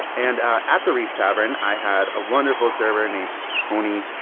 and at the reef tavern, i had a wonderful server named tony,